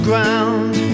Ground